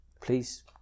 Please